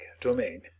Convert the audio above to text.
domain